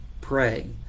pray